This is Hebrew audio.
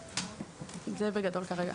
זה בגדול, כרגע.